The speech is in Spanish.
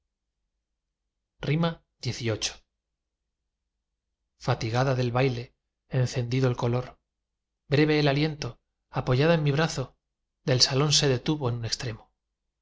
dios xviii fatigada del baile encendido el color breve el aliento apoyada en mi brazo del salón se detuvo en un extremo